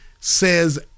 says